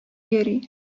йөри